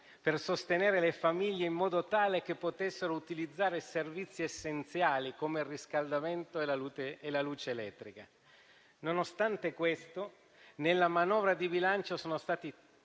per sostenere le famiglie in modo tale che potessero utilizzare servizi essenziali come il riscaldamento e la luce elettrica. Nonostante questo, nella manovra di bilancio sono stati